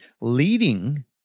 leading